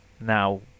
now